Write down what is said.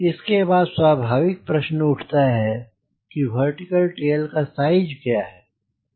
इसके बाद स्वाभाविक प्रश्न उठता है कि वर्टीकल टेल का साइज क्या है